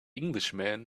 englishman